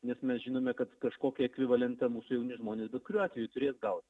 nes mes žinome kad kažkokią ekvivalentą mūsų jauni žmonės bet kuriuo atveju turės gauti